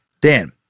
Dan